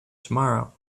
tomorrow